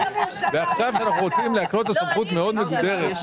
עכשיו אנחנו רוצים להקנות לו סמכות מאוד מגודרת.